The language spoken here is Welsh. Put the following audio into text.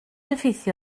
effeithio